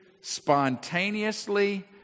spontaneously